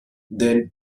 then